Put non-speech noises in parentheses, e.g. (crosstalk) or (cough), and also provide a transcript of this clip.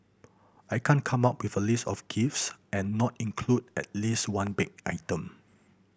I can't come up with a list of gifts and not include at least one baked item (noise)